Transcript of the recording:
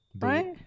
Right